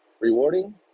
Rewarding